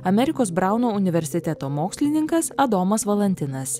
amerikos brauno universiteto mokslininkas adomas valantinas